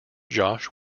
josh